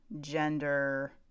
gender –